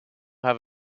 have